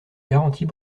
garanties